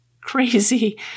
crazy